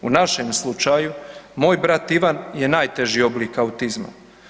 U našem slučaju, moj brat Ivan je najteži oblik autizma.